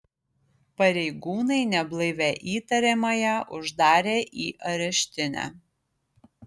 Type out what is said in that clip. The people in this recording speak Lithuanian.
pareigūnai neblaivią įtariamąją uždarė į areštinę